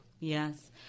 Yes